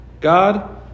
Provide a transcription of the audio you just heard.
God